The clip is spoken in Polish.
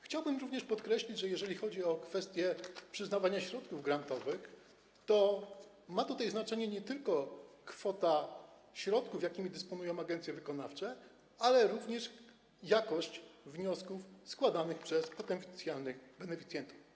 Chciałbym również podkreślić, że jeżeli chodzi o kwestię przyznawania środków grantowych, to ma tutaj znaczenie nie tylko kwota środków, jakimi dysponują agencje wykonawcze, lecz także jakość wniosków składanych przez potencjalnych beneficjentów.